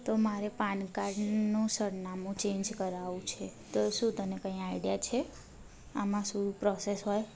તો મારે પાનકાર્ડનું સરનામું ચેન્જ કરાવવું છે તો શું તને કંઇ આઇડિયા છે આમાં શું પ્રોસેસ હોય